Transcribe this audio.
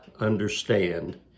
understand